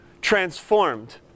transformed